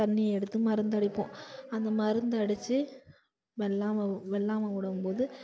தண்ணியை எடுத்து மருந்தடிப்போம் அந்த மருந்தடிச்சு வெள்ளாமை வெள்ளாமை விடம்போது